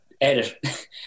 edit